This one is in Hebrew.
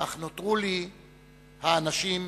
"אך נותרו לי האנשים שפגשתי".